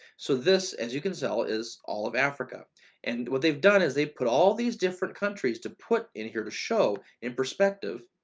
so this, as you can tell, is all of africa and what they've done is they've put all these different countries to put in here to show in perspective,